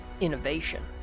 innovation